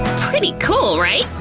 pretty cool, right?